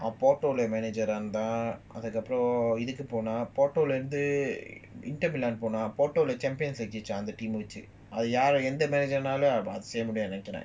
அவன்போட்டோல:avan potola manager ah இருந்தான்அதுக்கப்புறம்இதுக்குபோனான்போட்டோலஇருந்துபோனான்போட்டோலஅதசெய்யமுடியாதுனுநெனைக்கிறேன்:irunthan adhukapuram idhuku ponan potola irunthu ponan potola adha seyya mudiathunu nenaikren